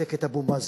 וישתק את אבו מאזן,